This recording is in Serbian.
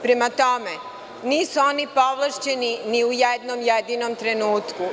Prema tome, nisu oni povlašćeni ni u jednom jedinom trenutku.